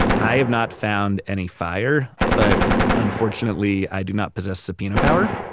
i have not found any fire. but unfortunately, i do not possess subpoena power